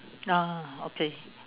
ah okay